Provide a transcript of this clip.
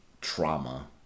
trauma